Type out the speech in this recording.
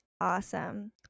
Awesome